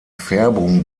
färbung